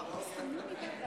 התאוששות.